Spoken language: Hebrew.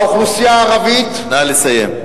האוכלוסייה הערבית נחרדה, נא לסיים.